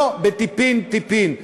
לא בטיפין-טיפין.